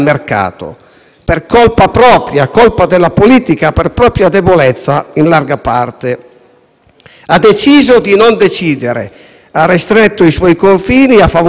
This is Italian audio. Ha deciso di non decidere; ha ristretto i suoi confini a favore degli altri poteri o ordini (magistratura, burocrazia, tecnocrazia)